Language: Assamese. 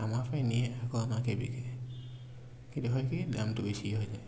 আমাৰ পৰাই নিয়ে আকৌ আমাকে বিকে কিন্তু হয় কি দামটো বেছি হৈ যায়